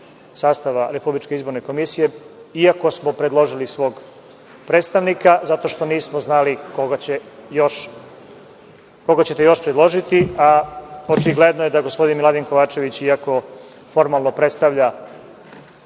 sastava RIK, iako smo predložili svog predstavnika, zato što nismo znali koga ćete još predložiti, a očigledno je da gospodin Miladin Kovačević, iako formalno predstavlja